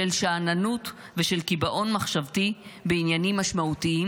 של שאננות ושל קיבעון מחשבתי בעניינים משמעותיים